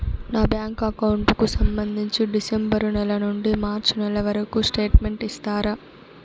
నా bank account కు సంబంధించి డిసెంబరు నెల నుండి మార్చి నెలవరకు స్టేట్మెంట్ ఇస్తారా?